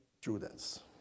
students